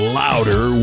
louder